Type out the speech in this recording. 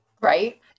right